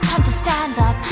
to stand up,